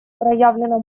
проявлена